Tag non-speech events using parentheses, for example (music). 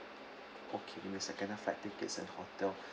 okay give me a second ah flight tickets and hotel (breath)